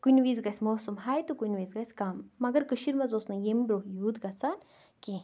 کُنہِ وِز گَژھہِ موسَم ہاے تہٕ کُنہِ وِز گَژھہِ کَم مگر کٔشیٖر منٛز اوس نہٕ ییٚمہِ برونہہ یوٗت گَژھان کیٚنٛہہ